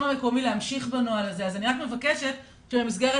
המקומי להמשיך בנוהל הזה אז אני רק מבקשת שבמסגרת